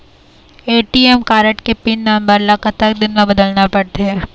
ATM card के PIN number ला कतक दिन म बदलना पड़थे?